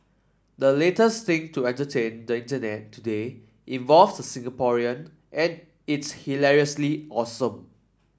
the latest thing to entertain the Internet today involves Singaporean and it's hilariously awesome